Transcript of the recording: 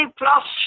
plus